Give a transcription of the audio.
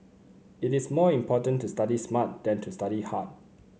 it is more important to study smart than to study hard